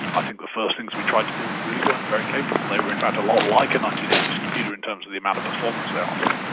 i think the first things we tried to build really weren't very capable. they were in fact a lot like a nineteen eighty s computer in terms of the amount of performance they offered.